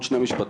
עוד שני משפטים,